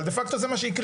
אבל דה פקטור זה מה שיקרה.